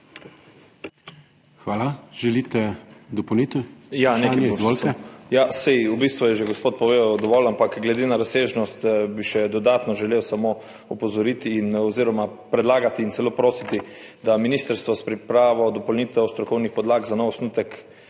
Hvala. Želite dopolnitev? Izvolite. **ALEŠ REZAR (PS Svoboda):** Saj v bistvu je že gospod povedal dovolj, ampak glede na razsežnost bi še dodatno želel samo opozoriti oziroma predlagati in celo prositi, da ministrstvo s pripravo dopolnitev strokovnih podlag za nov osnutek